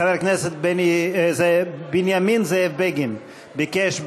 חבר הכנסת זאב בנימין בגין ביקש,